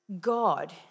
God